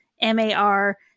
M-A-R